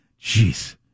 Jeez